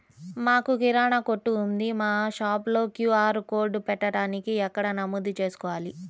మాకు కిరాణా కొట్టు ఉంది మా షాప్లో క్యూ.ఆర్ కోడ్ పెట్టడానికి ఎక్కడ నమోదు చేసుకోవాలీ?